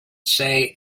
say